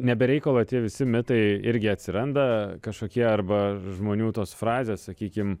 ne be reikalo tie visi mitai irgi atsiranda kažkokie arba žmonių tos frazės sakykim